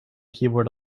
keyboard